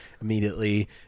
immediately